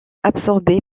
absorbée